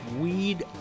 Weed